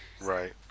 Right